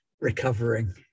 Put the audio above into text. recovering